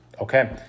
Okay